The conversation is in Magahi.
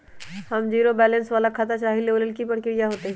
हम जीरो बैलेंस वाला खाता चाहइले वो लेल की की प्रक्रिया होतई?